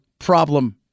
Problem